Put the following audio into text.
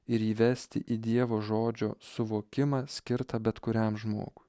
ir įvesti į dievo žodžio suvokimą skirtą bet kuriam žmogui